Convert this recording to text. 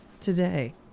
today